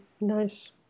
Nice